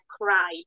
cried